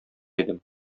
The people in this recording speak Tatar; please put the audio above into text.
идем